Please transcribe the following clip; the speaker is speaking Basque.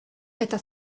eta